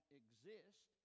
exist